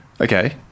Okay